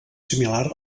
similar